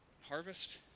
Harvest